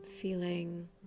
feeling